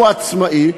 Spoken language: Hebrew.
הוא עצמאי,